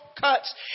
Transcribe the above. Cuts